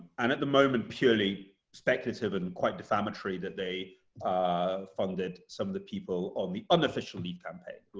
and at the moment purely speculative and and quite defamatory, that they funded some of the people on the unofficial leave campaign,